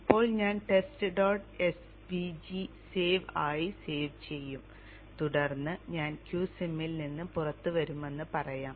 ഇപ്പോൾ ഞാൻ test dot svg save ആയി സേവ് ചെയ്യും തുടർന്ന് ഞാൻ qsim ൽ നിന്ന് പുറത്തുവരുമെന്ന് പറയാം